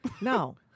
No